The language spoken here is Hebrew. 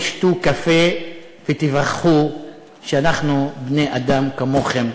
תשתו קפה ותיווכחו שאנחנו בני-אדם כמוכם,